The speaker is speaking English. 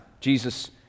Jesus